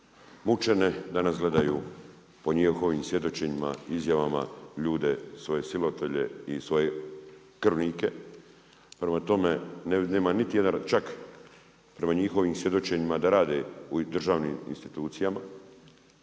mučene, danas gledaju po njihovim svjedočenjima, izjavama, ljude svoje silovatelje i svoje krvnike, prema tome nema niti jedan, čak prema njihovim svjedočenjima da rade u državnim institucijama.